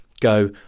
go